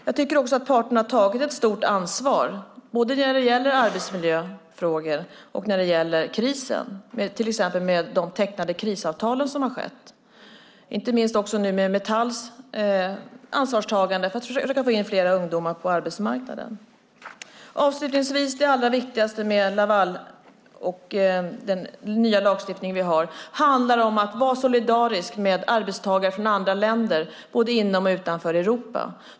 Jag tycker också att parterna har tagit ett stort ansvar både när det gäller arbetsmiljöfrågor och när det gäller krisen, till exempel med de krisavtal som man har tecknat. Det är inte minst också Metalls ansvarstagande nu för att försöka få in fler ungdomar på arbetsmarknaden. Avslutningsvis: Det allra viktigaste med Laval och den nya lagstiftningen handlar om att vara solidarisk med arbetstagare från andra länder både inom och utanför Europa.